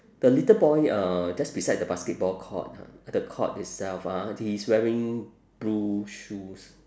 the little boy uh just beside the basketball court ha the court itself ah he is wearing blue shoes